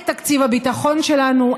את תקציב הביטחון שלנו.